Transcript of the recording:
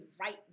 right